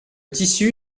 tissu